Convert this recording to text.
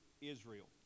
Israel